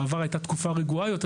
בעבר הייתה תקופה רגועה יותר.